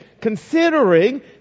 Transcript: considering